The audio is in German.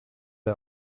der